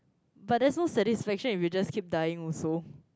but there's no satisfaction if you just keep dying also